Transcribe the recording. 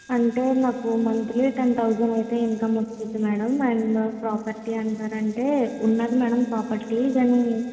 అంటే నాకు monthly ten thousand అయితే ఇన్కమ్ వస్తుంది మేడం అండ్ ప్రాపర్టీ అంటారంటే ఉన్నది మేడం ప్రాపర్టీ